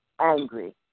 angry